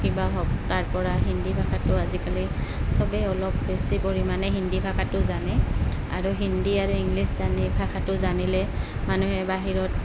কিবা হওক তাৰপৰা হিন্দী ভাষাটো আজিকালি চবেই অলপ বেছি পৰিমাণে হিন্দী ভাষাটো জানে আৰু হিন্দী আৰু ইংলিছ জানি ভাষাটো জানিলে মানুহে বাহিৰত